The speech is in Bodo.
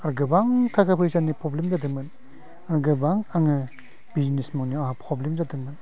आर गोबां थाखा फैसानि प्रब्लेम जादोंमोन आं गोबां आङो बिजनेस मावनायाव आं प्रब्लेम जादोंमोन